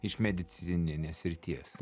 iš medicininės srities